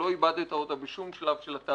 שלא איבדת בשום שלב של התהליך,